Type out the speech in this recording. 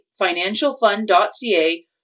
financialfund.ca